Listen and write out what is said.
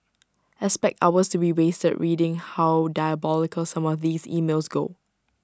expect hours to be wasted reading how diabolical some of these emails go